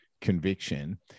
conviction